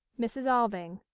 mrs. alving.